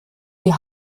die